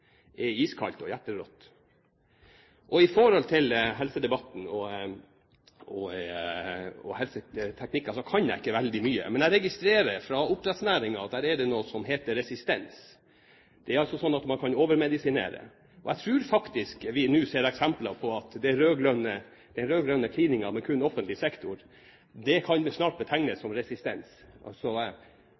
er iskaldt og hjerterått. Når det gjelder helsedebatten, kan jeg ikke veldig mye om helsepolitikken, men jeg registrerer fra oppdrettsnæringen at der er det noe som heter resistens. Man kan altså overmedisinere. Jeg tror faktisk vi nå ser eksempler på at den rød-grønne kliningen med kun offentlig sektor snart kan betegnes som resistent. Altså: Medisinen preller av, helseleverandørene tåler ikke penicillin. Penicillinet virker ikke, og vi